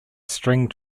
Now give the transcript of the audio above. string